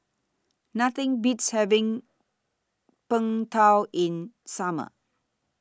Nothing Beats having Png Tao in Summer